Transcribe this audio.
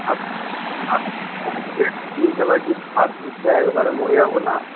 সে তো বুঝতে পারছি ছাব্বিশটা একেবারে মরে যাব না